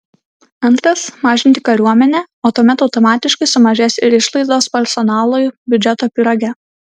antras mažinti kariuomenę o tuomet automatiškai sumažės ir išlaidos personalui biudžeto pyrage